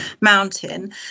mountain